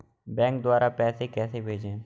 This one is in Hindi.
बैंक द्वारा पैसे कैसे भेजें?